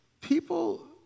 people